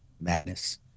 madness